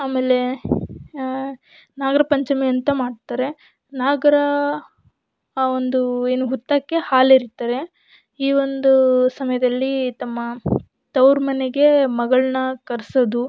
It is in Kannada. ಆಮೇಲೆ ನಾಗರ ಪಂಚಮಿ ಅಂತ ಮಾಡ್ತಾರೆ ನಾಗರ ಆ ಒಂದು ಏನು ಹುತ್ತಕ್ಕೆ ಹಾಲೆರೀತಾರೆ ಈ ಒಂದು ಸಮಯದಲ್ಲಿ ತಮ್ಮ ತವ್ರು ಮನೆಗೆ ಮಗಳನ್ನ ಕರೆಸೋದು